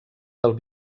del